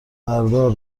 بردار